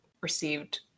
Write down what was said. received